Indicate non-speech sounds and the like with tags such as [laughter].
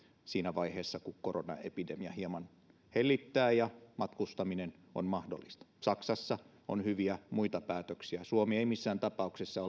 siinä vaiheessa kun koronaepidemia hieman hellittää ja matkustaminen on mahdollista saksassa on hyviä muita päätöksiä suomi ei missään tapauksessa [unintelligible]